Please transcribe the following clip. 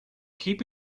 keep